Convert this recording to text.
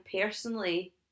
personally